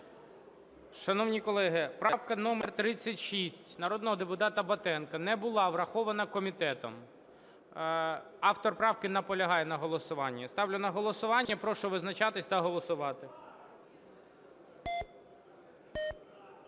Шановні колеги, правка номер 36 народного депутата Батенка не була врахована комітетом. Автор правки наполягає на голосуванні. Ставлю на голосування і прошу визначатись та голосувати.